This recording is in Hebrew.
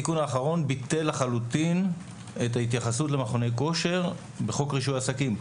התיקון האחרון ביטל לחלוטין את ההתייחסות למכוני כושר בחוק רישוי עסקים.